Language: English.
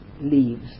leaves